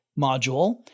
module